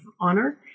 honor